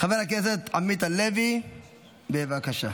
חבר הכנסת עמית הלוי, בבקשה.